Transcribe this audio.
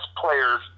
players